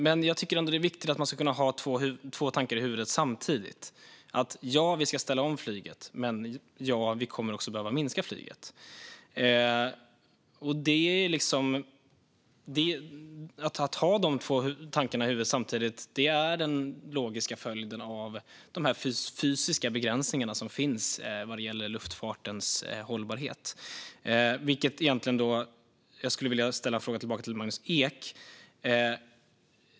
Men jag tycker ändå att det är viktigt att kunna ha två tankar i huvudet samtidigt: Ja, vi ska ställa om flyget, men vi kommer också att behöva minska flygandet. Att ha dessa två tankar i huvudet samtidigt är den logiska följden av de fysiska begränsningar som finns vad gäller luftfartens hållbarhet. Det gör att jag skulle vilja ställa en fråga tillbaka till Magnus Ek.